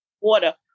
water